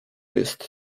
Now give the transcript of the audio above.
jest